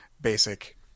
basic